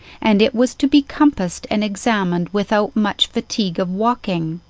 and it was to be compassed and examined without much fatigue of walking.